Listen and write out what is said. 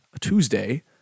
Tuesday